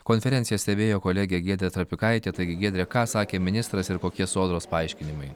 konferenciją stebėjo kolegė giedrė trapikaitė taigi giedre ką sakė ministras ir kokie sodros paaiškinimai